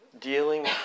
dealing